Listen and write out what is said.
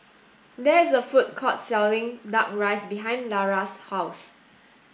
there is a food court selling duck rice behind Lara's house